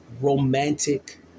romantic